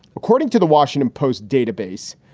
according to the washington post database,